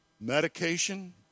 medication